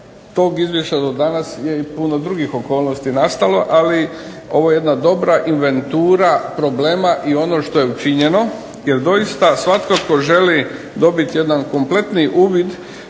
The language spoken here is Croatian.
tog izvješća do danas je i puno drugih okolnosti nastalo. Ali ovo je jedna dobra inventura problema i ono što je učinjeno, jer doista svatko tko želi dobiti jedan kompletni uvid